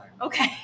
Okay